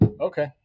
okay